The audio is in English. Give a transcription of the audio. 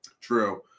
True